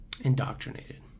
Indoctrinated